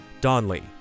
Donley